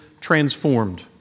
transformed